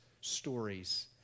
stories